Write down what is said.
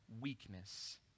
weakness